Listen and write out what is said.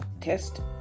test